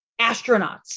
astronauts